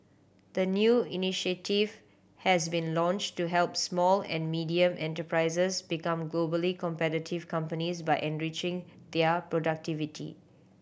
the new initiative has been launched to help small and medium enterprises become globally competitive companies by enriching their productivity